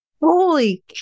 Holy